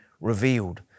revealed